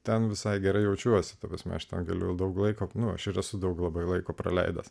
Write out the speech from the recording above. ten visai gerai jaučiuosi ta prasme aš tą galiu daug laiko nuožiūra su daug labai laiko praleidęs